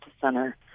Center